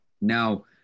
Now